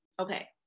Okay